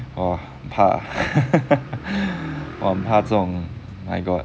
我很怕 我很怕这种 my god